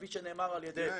כפי שנאמר על ידי --- גיא,